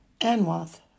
Anwath